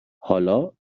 حالا